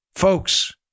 Folks